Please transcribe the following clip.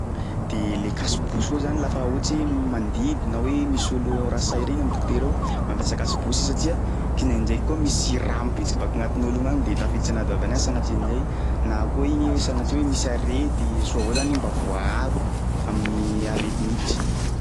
De le cache bouche koa zany lafa ohatsy hoe mandidy na hoe misy olo rasay reny am'dokotera ao mampiasa cache bouche izy satsia kindraindraiky koa misy raha mipitsiky baka agnatin'olo io agny de tafiditsy anaty vavany agny sanatria an'zay na koa igny hoe sagnatria hoe misy arety, soa avao zany igny mba voaharo amin'ny arety miditry..